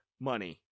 money